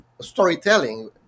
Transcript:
storytelling